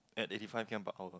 at eighty five K_M per hour